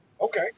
Okay